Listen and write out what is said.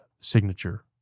signature